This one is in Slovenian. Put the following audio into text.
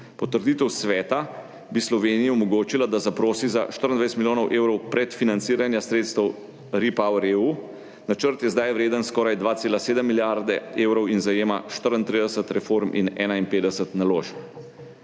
Potrditev Sveta bi Sloveniji omogočila, da zaprosi za 24 milijonov evrov prek financiranja sredstev REPowerEU. Načrt je zdaj vreden skoraj 2,7 milijarde evrov in zajema 34 reform in 51 naložb.